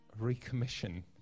recommission